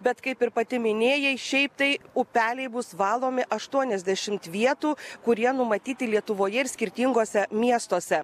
bet kaip ir pati minėjai šiaip tai upeliai bus valomi aštuoniasdešimt vietų kurie numatyti lietuvoje ir skirtinguose miestuose